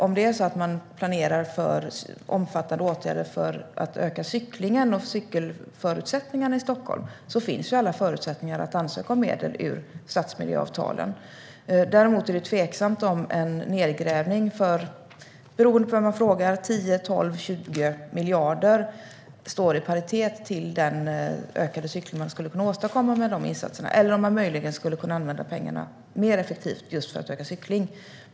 Om man planerar för omfattande åtgärder för att öka cyklingen och cykelmöjligheterna i Stockholm finns ju alla förutsättningar för att ansöka om medel ur stadsmiljöavtalen. Däremot är det tveksamt om en nedgrävning för 10-20 miljarder - beroende på vem man frågar - står i paritet med den ökade cykling som man skulle kunna åstadkomma med de insatserna. Möjligen skulle man kunna använda pengarna mer effektivt just för ökad cykling.